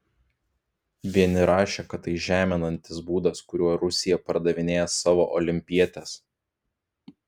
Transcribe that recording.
vieni rašė kad tai žeminantis būdas kuriuo rusija pardavinėja savo olimpietes